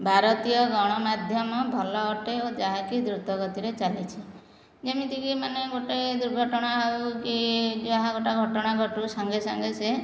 ଭାରତୀୟ ଗଣମାଧ୍ୟମ ଭଲ ଅଟେ ଓ ଯାହାକି ଦ୍ରୁତ ଗତିରେ ଚାଲିଛି ଯେମିତିକି ମାନେ ଗୋଟିଏ ଦୁର୍ଘଟଣା ହେଉ କି ଯାହା ଗୋଟିଏ ଘଟଣା ଘଟୁ ସାଙ୍ଗେ ସାଙ୍ଗେ ସିଏ